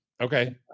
Okay